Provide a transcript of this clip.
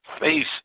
face